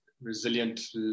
resilient